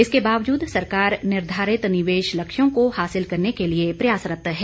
इसके बावजूद सरकार निर्धारित निवेश लक्ष्यों को हासिल करने के लिए प्रयासरत है